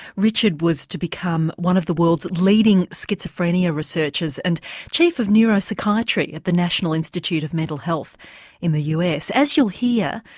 richard was to become one of the world's leading schizophrenia researchers and chief of neuropsychiatry at the national institute of mental health in the us. as you'll hear,